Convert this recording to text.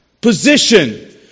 Position